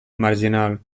marginal